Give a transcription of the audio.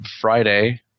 Friday